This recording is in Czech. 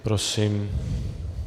Prosím.